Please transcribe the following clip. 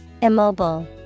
Immobile